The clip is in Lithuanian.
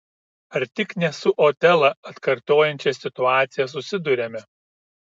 ar tik ne su otelą atkartojančia situacija susiduriame